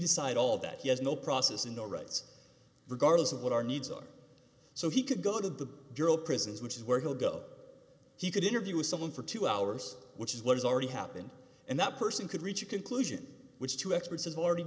decide all that he has no process and no rights regardless of what our needs are so he could go to the bureau of prisons which is where he'll go he could interview with someone for two hours which is what has already happened and that person could reach a conclusion which two experts have already